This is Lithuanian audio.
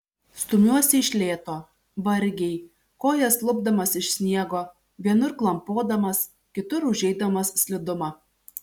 stumiuosi iš lėto vargiai kojas lupdamas iš sniego vienur klampodamas kitur užeidamas slidumą